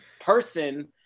person